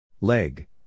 Leg